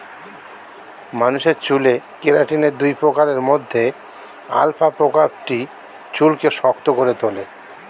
মানুষের চুলে কেরাটিনের দুই প্রকারের মধ্যে আলফা প্রকারটি চুলকে শক্ত করে তোলে